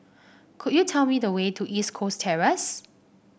could you tell me the way to East Coast Terrace